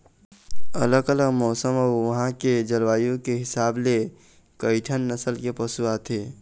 अलग अलग मउसन अउ उहां के जलवायु के हिसाब ले कइठन नसल के पशु आथे